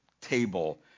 table